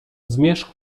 zmierzch